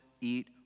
eat